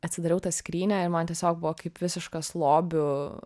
atsidariau tą skrynią ir man tiesiog buvo kaip visiškas lobių